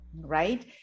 right